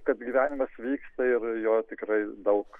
kad gyvenimas vyksta ir jo tikrai daug